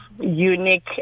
unique